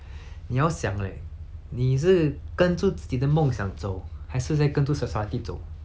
你要想 leh 你是跟着自己的梦想走还是在跟着 society 走